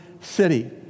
city